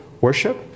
worship